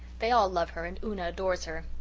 they all love her and una adores her.